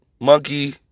monkey